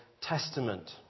Testament